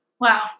Wow